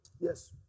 Yes